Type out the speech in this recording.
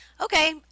Okay